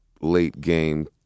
late-game